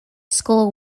school